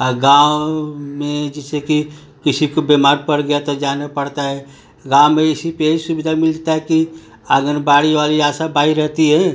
गाँव में जैसे कि किसी को बीमार पड़ गया तो जाने पड़ता है गाँव में इसी पर यही सुविधा मिलता है कि आंगनबाड़ी वाली आसाबाई रहती हैं